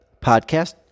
podcast